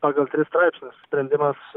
pagal tris straipsnius sprendimas